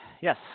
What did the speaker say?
Yes